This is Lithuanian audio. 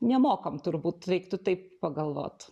nemokam turbūt reiktų taip pagalvot